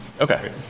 Okay